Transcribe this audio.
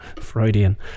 Freudian